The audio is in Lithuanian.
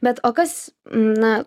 bet o kas na